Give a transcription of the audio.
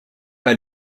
pas